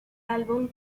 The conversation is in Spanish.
álbum